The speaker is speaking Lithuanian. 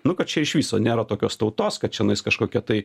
nu kad čia iš viso nėra tokios tautos kad čia kažkokia tai